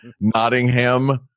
Nottingham